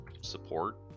support